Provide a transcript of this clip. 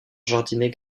jardinet